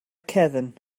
cefn